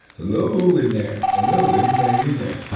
hello in there hello anybody in there?